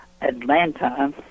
Atlanta